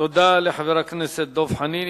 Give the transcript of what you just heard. תודה לחבר הכנסת דב חנין.